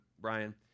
Brian